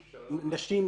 נשים,